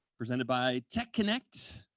presented by techconnect,